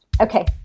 Okay